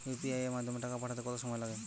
UPI এর মাধ্যমে টাকা পাঠাতে কত সময় লাগে?